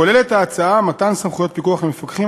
ההצעה כוללת מתן סמכויות פיקוח למפקחים,